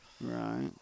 Right